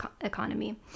economy